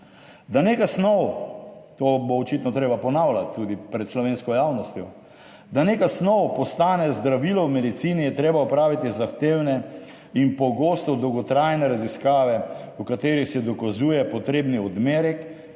Da neka snov, to bo očitno treba ponavljati tudi pred slovensko javnostjo, da neka snov postane zdravilo v medicini, je treba opraviti zahtevne in pogosto dolgotrajne raziskave, v katerih se dokazuje potrebni odmerek,